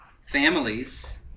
families